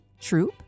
troop